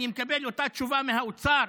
אני מקבל אותה תשובה מהאוצר,